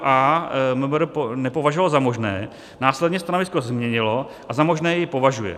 a) MMR nepovažovalo za možné, následně stanovisko změnilo a za možné jej považuje.